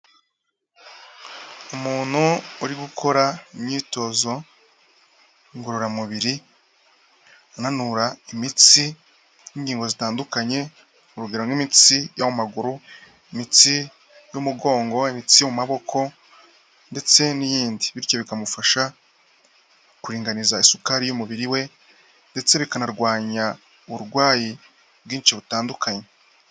Umuntu uri gukora imyitozo ngororamubiri ananura imitsi n'ingingo zitandukanye, urugero nk'imitsi y'amaguru, imitsi y'umugongo, imitsi yo mu maboko ndetse n'iyindi, bityo bikamufasha kuringaniza isukari y'umubiri we ndetse bikanarwanya uburwayi bwinshi butandukanye.